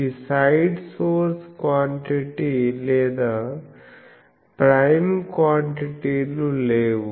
ఈ side source quantity లేదా prime క్వాంటిటీలు లేవు